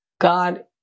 God